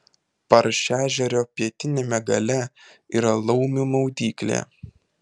paršežerio pietiniame gale yra laumių maudyklė